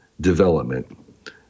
development